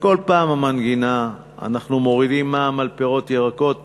וכל פעם המנגינה: אנחנו מורידים מע"מ על פירות וירקות,